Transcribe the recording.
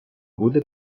буде